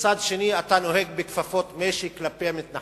ומצד שני אתה נוהג בכפפות משי כלפי מתנחלים?